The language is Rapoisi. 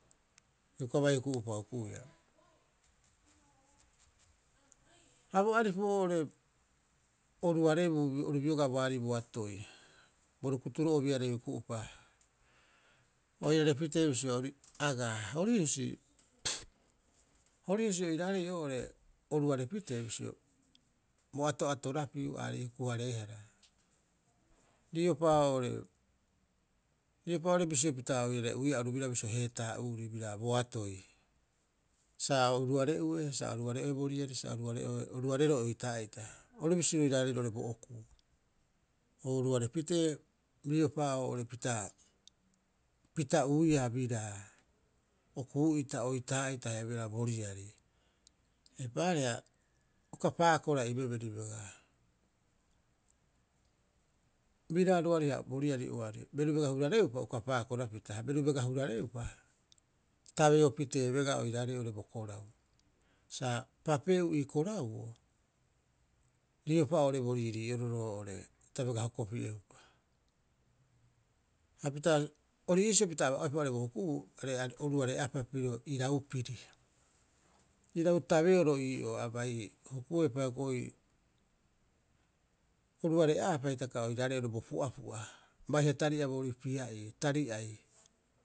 Ioka bai huku'upa hukuia. Ha bo aripu oo'ore oruarebuu oru bioga baarii boatoi, bo rukuturo'obiarei huku'upa, oirare pitee bisio agaa. Hori husi, hori husi oiraarei oo'ore oruare pitee bisio bo ato'atorapiu aarei huku- hareehara riopa oo'ore riopa oo'ore bisio pita oirare'uiia oru bira bisio heetaa'uuri bira boatoi. Sa oruare'ue, sa oruareoe boriari, sa oruareroe oitaa'ita. Oru bisi roiraarei roo'ore bo okuu, oruarepitee riopa oo'ore pita'uiia biraa, okuu'ita, oitaa'ita, haia biraa bo riari. Eipaareha, uka paakora ibeberi begaa. Biraa roari ha bo riari oari, beru bega hurareupa uka paakora pita, beru bega hurareupa tabeo pitee begaa oiraarei oo'ore bo korau. Sa papeeu ii korauoo riopa oo'ore bo riirii'oro roo'ore ta bega hokopi'eupa. Hapita ori iisio pita aba'oepa oo'ore bo hukubuu are oruare'aapa pirio iraupiri. Irau tabeoro ii'oo a bai hukuepa hioko'i oruare aapa hitaka oiraarei o bo pu'apu'a baiha tari'a boorii pia'ii, tari'ai.